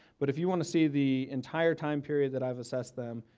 but if you want to see the entire time period that i've assessed them,